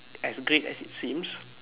as great as it seems